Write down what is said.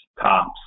cops